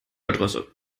adresse